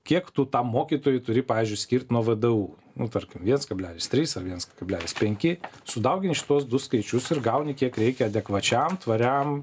kiek tu tam mokytojui turi pavyzdžiui skirt nuo vdu nu tarkim viens kablelis trys ar viens kablelis penki sudaugini šituos du skaičius ir gauni kiek reikia adekvačiam tvariam